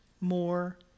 more